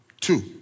two